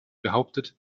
behauptet